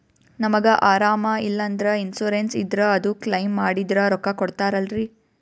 ನಮಗ ಅರಾಮ ಇಲ್ಲಂದ್ರ ಇನ್ಸೂರೆನ್ಸ್ ಇದ್ರ ಅದು ಕ್ಲೈಮ ಮಾಡಿದ್ರ ರೊಕ್ಕ ಕೊಡ್ತಾರಲ್ರಿ?